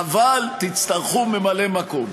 חבל, תצטרכו ממלא מקום.